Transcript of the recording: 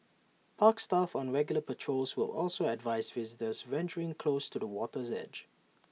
park staff on regular patrols will also advise visitors venturing close to the water's edge